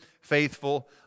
faithful